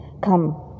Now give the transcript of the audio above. come